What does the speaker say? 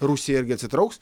rusija irgi atsitrauks